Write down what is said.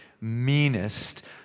meanest